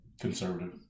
Conservative